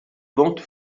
vente